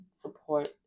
support